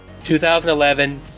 2011